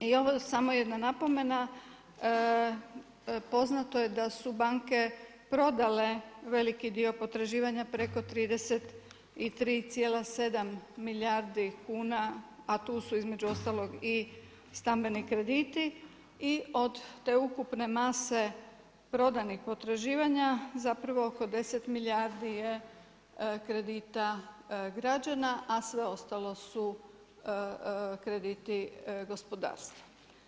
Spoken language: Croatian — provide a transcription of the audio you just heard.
I ovo samo jedna napomena, poznato je da su banke prodale veliki dio potraživanja, preko 33,7 milijardi kuna a tu su između ostalog i stambeni krediti i od te ukupne mase prodanih potraživanja zapravo oko 10 milijardi je kredita građana a sve ostalo su krediti gospodarstva.